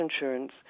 insurance